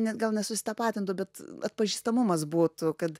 net gal nesusitapatintų bet atpažįstamumas būtų kad